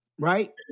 right